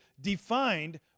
defined